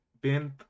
bent